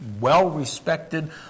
well-respected